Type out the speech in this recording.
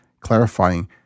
clarifying